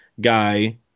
guy